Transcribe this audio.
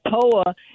POA